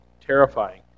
terrifying